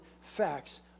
facts